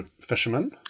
fisherman